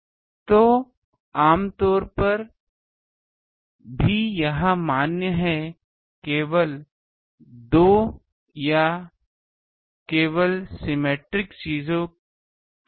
तो सामान्य तौर पर भी यह मान्य है केवल 2 के लिए या केवल सिमेट्रिक चीज़ के लिए नहीं